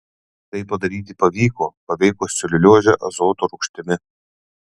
tai padaryti pavyko paveikus celiuliozę azoto rūgštimi